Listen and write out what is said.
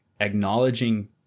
acknowledging